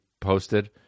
posted